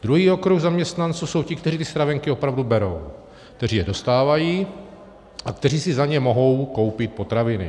Druhý okruh zaměstnanců jsou ti, kteří ty stravenky opravdu berou, kteří je dostávají a kteří si za ně mohou koupit potraviny.